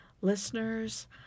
Listeners